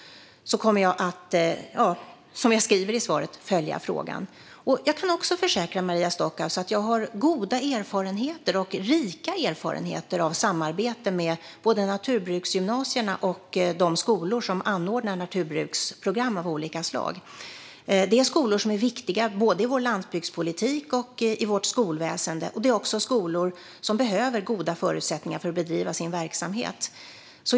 Jag kan också försäkra Maria Stockhaus om att jag har goda och rika erfarenheter av samarbete med både naturbruksgymnasierna och de skolor som anordnar naturbruksprogram av olika slag. Det här är skolor som är viktiga i både vår landsbygdspolitik och vårt skolväsen. Dessa skolor behöver dessutom goda förutsättningar för att kunna bedriva sin verksamhet.